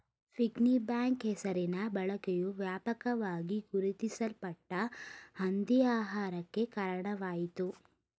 piggy bank ಹೆಸರಿನ ಬಳಕೆಯು ವ್ಯಾಪಕವಾಗಿ ಗುರುತಿಸಲ್ಪಟ್ಟ ಹಂದಿ ಆಕಾರಕ್ಕೆ ಕಾರಣವಾಯಿತು